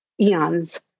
eons